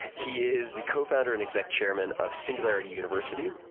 he is the co-founder and exec chairman of singularity university.